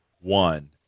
one